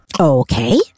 Okay